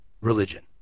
religion